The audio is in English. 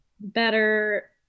better